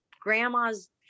grandma's